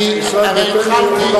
אני, תעלה לכאן ותציע.